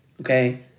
Okay